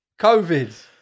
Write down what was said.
COVID